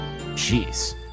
jeez